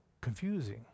confusing